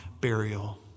burial